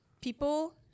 people